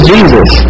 Jesus